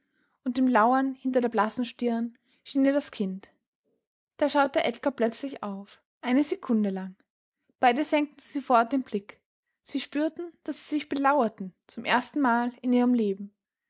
und dem lauern hinter der blassen stirn schien ihr das kind da schaute edgar plötzlich auf eine sekunde lang beide senkten sie sofort den blick sie spürten daß sie sich belauerten zum erstenmal in ihrem leben